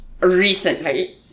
recently